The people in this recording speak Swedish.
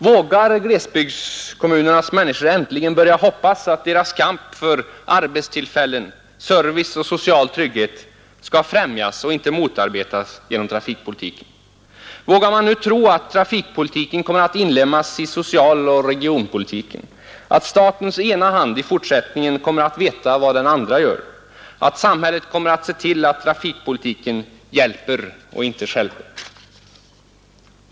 Vågar glesbygdskommunernas människor äntligen börja hoppas på att deras kamp för arbetstillfällen, service och social trygghet skall främjas och inte motarbetas genom trafikpolitiken? Vågar man nu tro att trafikpolitiken kommer att inlemmas i socialoch regionpolitiken, att statens ena hand i fortsättningen kommer att veta vad den andra gör, att samhället kommer att se till att trafikpolitiken hjälper och inte stjälper?